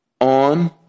On